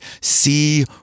see